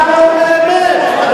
אתה לא אומר אמת.